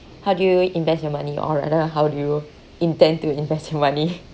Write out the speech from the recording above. how do you invest your money or I don't know how do you intend to invest your money